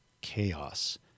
chaos